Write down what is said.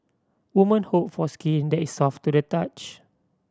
women hope for skin that is soft to the touch